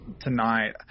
tonight